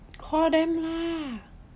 call them lah